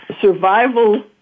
survival